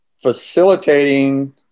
facilitating